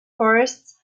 forests